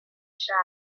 side